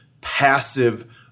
passive